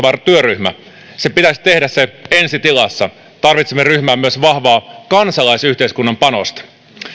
työryhmä sen pitäisi tehdä se ensi tilassa tarvitsemme ryhmään myös vahvaa kansalaisyhteiskunnan panosta